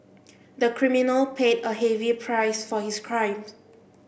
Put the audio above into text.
the criminal paid a heavy price for his crime